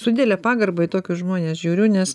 su didele pagarba į tokius žmones žiūriu nes